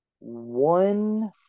One